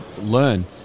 learn